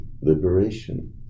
liberation